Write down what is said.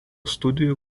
studijų